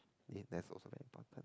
also important